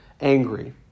angry